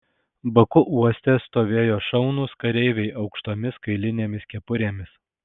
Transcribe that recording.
baku uoste stovėjo šaunūs kareiviai aukštomis kailinėmis kepurėmis